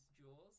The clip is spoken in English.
Jewels